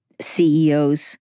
CEOs